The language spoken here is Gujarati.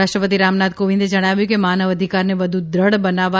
રાષ્ક્રપતિ રામનાથ કોવિંદે જણાવ્યું છે કે માનવ અધિકારને વધુ દ્રઢ બનાવવા